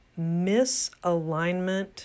Misalignment